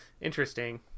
Interesting